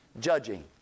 judging